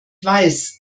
weiß